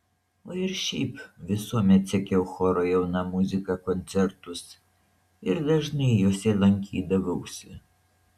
o ir šiaip visuomet sekiau choro jauna muzika koncertus ir dažnai juose lankydavausi